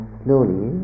slowly